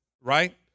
right